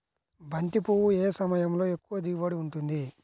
బంతి పువ్వు ఏ సమయంలో ఎక్కువ దిగుబడి ఉంటుంది?